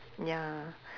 ya